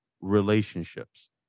relationships